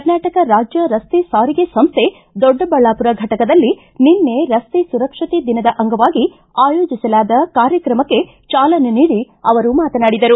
ಕರ್ನಾಟಕ ರಾಜ್ಯ ರಸ್ತೆ ಸಾರಿಗೆ ಸಂಸ್ಥೆ ದೊಡ್ಡಬಳ್ಳಾಪುರ ಫಟಕದಲ್ಲಿ ನಿನ್ನೆ ರಸ್ತೆ ಸುರಕ್ಷತೆ ದಿನದ ಅಂಗವಾಗಿ ಆಯೋಜಿಸಲಾದ ಕಾರ್ಯಕ್ರಮಕ್ಕೆ ಚಾಲನೆ ನೀಡಿ ಅವರು ಮಾತನಾಡಿದರು